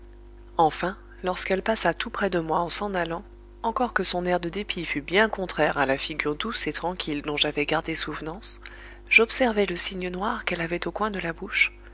enfin lorsqu'elle passa tout près de moi en s'en allant encore que son air de dépit fût bien contraire à la figure douce et tranquille dont j'avais gardé souvenance j'observai le signe noir qu'elle avait au coin de la bouche